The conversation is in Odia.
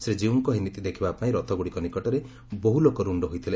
ଶ୍ରୀଜୀଉଙ୍କ ଏହି ନୀତି ଦେଖିବା ପାଇଁ ରଥ ଗୁଡିକ ନିକଟରେ ବହୁ ଲୋକ ରୁଣ୍ଡ ହୋଇଥିଲେ